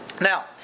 Now